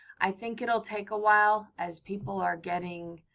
i think it'll take a while as people are getting